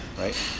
right